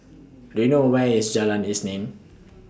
Do YOU know Where IS Jalan Isnin